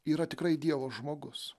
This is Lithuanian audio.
yra tikrai dievo žmogus